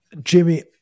Jimmy